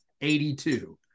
82